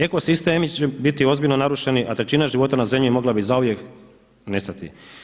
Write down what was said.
Eko sistemi će biti ozbiljno narušeni a trećina života na zemlji mogla bi zauvijek nestati.